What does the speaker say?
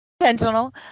intentional